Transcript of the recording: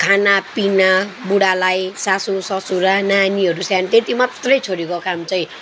खाना पिना बुढालाई सासु ससुरा नानीहरू स्याहार्नु त्यति मात्रै छोरीको काम चाहिँ